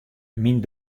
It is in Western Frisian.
myn